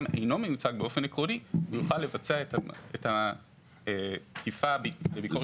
אינו מיוצג הוא יוכל לבצע את התקיפה בביקורת שיפוטית.